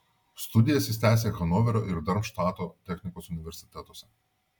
studijas jis tęsė hanoverio ir darmštato technikos universitetuose